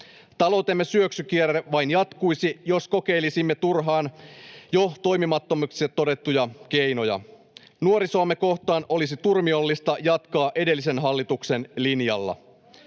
Taloutemme syöksykierre vain jatkuisi, jos kokeilisimme turhaan jo toimimattomiksi todettuja keinoja. Nuorisoamme kohtaan olisi turmiollista jatkaa edellisen hallituksen linjalla.